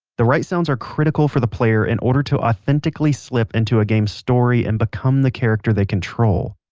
the right sounds are critical for the player in order to authentically slip into a game's story and become the character they control.